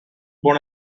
born